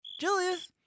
Julius